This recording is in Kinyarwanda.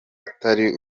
atari